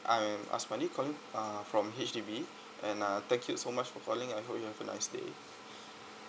I'm azbadi calling uh from H_D_B and uh thank you so much for calling I hope you have a nice day